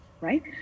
Right